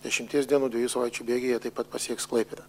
dešimties dienų dviejų savaičių bėgyje taip pat pasieks klaipėdą